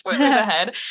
ahead